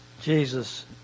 Jesus